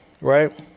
right